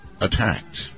attacked